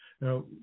Now